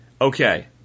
okay